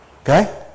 Okay